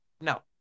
No